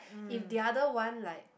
if the other one like